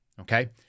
Okay